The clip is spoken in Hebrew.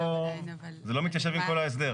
זה לא מתיישב עם כל ההסדר.